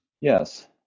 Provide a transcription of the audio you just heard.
Yes